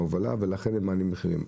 ההובלה ולכן הם מעלים במחירים.